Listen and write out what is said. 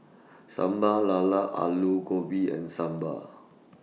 Sambal Lala Aloo Gobi and Sambal